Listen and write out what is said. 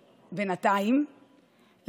בינתיים,